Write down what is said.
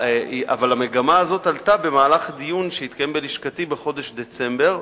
המגמה הזאת עלתה במהלך דיון שהתקיים בלשכתי בחודש דצמבר.